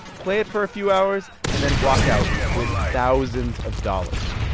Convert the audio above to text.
play it for a few hours and then walk out with thousands of dollars.